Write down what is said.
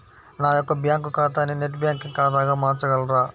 నా యొక్క బ్యాంకు ఖాతాని నెట్ బ్యాంకింగ్ ఖాతాగా మార్చగలరా?